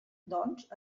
doncs